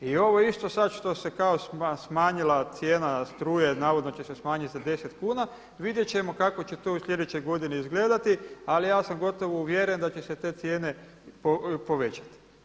I ovo isto sad što se kao smanjila cijena struje, navodno će se smanjiti za 10 kuna, vidjeti ćemo kako će to u sljedećoj godini izgledati ali ja sam gotovo uvjeren da će se te cijene povećati.